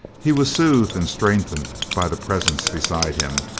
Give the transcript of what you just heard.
he was soothed and strengthened by the presence beside him,